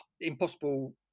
impossible